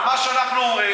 לא, אין בעיה.